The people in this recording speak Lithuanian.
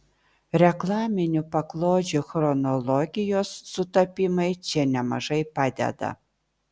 reklaminių paklodžių chronologijos sutapimai čia nemažai padeda